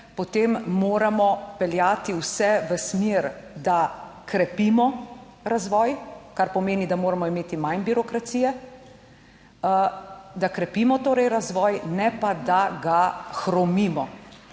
potem moramo peljati vse v smer, da krepimo razvoj, kar pomeni, da moramo imeti manj birokracije, da krepimo torej razvoj, ne pa da ga hromimo.